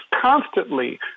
constantly